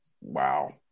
wow